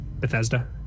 Bethesda